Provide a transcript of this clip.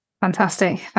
Fantastic